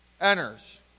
enters